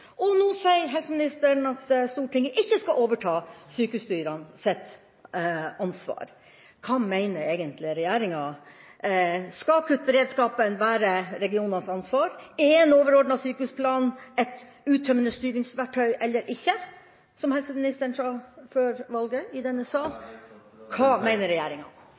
og nå sier helseministeren at Stortinget ikke skal overta sykehusstyrenes ansvar. Hva mener egentlig regjeringen: Skal akuttberedskapen være regionenes ansvar, og er en overordnet sykehusplan et uttømmende styringsverktøy – slik helseministeren sa i denne sal før valget – eller ikke? Hva